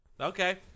Okay